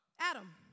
Adam